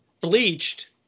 bleached